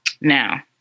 Now